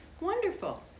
Wonderful